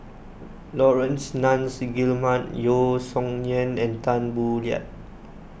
Laurence Nunns Guillemard Yeo Song Nian and Tan Boo Liat